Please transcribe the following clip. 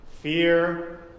fear